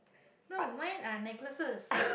no mine are necklaces